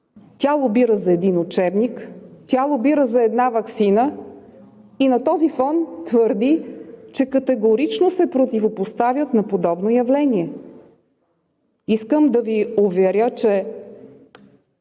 Тя лобира за един учебник, тя лобира за една ваксина и на този фонд твърди, че категорично се противопоставя на подобно явление. Искам да Ви уверя, че